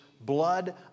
blood